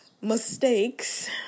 mistakes